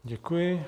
Děkuji.